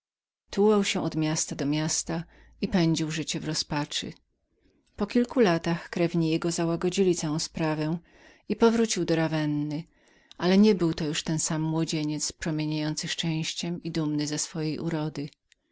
tułał się od miasta do miasta i w rozpaczy pędził życie po kilku latach krewni jego załagodzili całą sprawę i powrócił do rawenny ale nie był to już ten sam młodzieniec błyszczący szczęściem i dumny z swojej urody